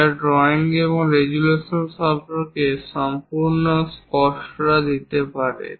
যা ড্রয়িং এবং রেজোলিউশন সম্পর্কে সম্পূর্ণ স্পষ্টতা দিতে পারে